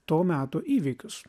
to meto įvykius